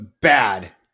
bad